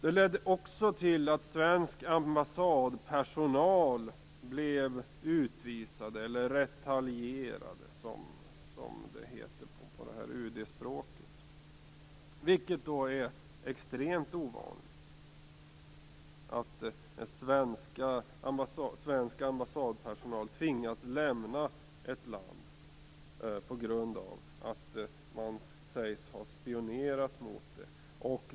Det här ledde också till att svensk ambassadpersonal blev utvisad - retalierad, som det heter på UD språk. Det är extremt ovanligt att svensk ambassadpersonal tvingas lämna ett land på grund av att någon sägs ha spionerat mot det.